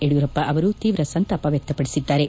ಯಡಿಯೂರಪ್ಪ ಅವರು ತೀವ್ರ ಸಂತಾಪ ವ್ಯಕ್ತಪಡಿಸಿದ್ದಾರೆ